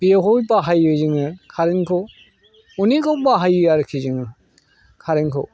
बेखौ बाहायो जोङो कारेनखौ अनेखआव बाहायो आरोखि जोङो कारेनखौ